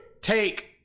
take